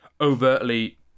overtly